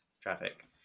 traffic